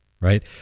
right